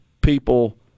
people